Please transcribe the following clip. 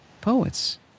poets